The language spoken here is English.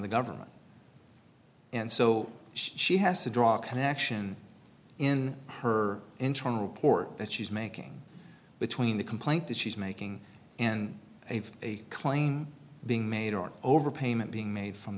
the government and so she has to draw a connection in her interim report that she's making between the complaint that she's making and a claim being made or overpayment being made from